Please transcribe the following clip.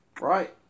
Right